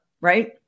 right